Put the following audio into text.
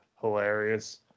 hilarious